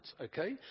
okay